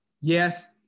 Yes